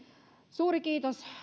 suuri kiitos